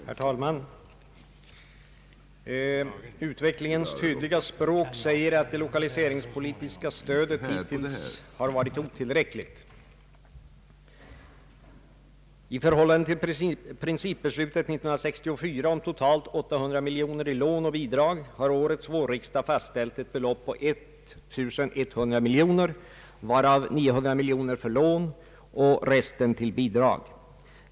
Herr talman! Utvecklingens tydliga språk säger att det lokaliseringspolitiska stödet hittills varit otillräckligt. I förhållande till principbeslutet år 1964 om totalt 800 miljoner kronor i lån och bidrag har årets vårriksdag fastställt ett belopp av 1100 miljoner kronor, varav 900 miljoner kronor för lån och resten till bidrag.